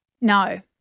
No